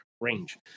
range